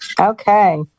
Okay